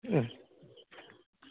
ওম